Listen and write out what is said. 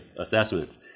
assessments